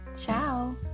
ciao